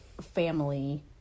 family